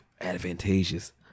advantageous